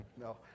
No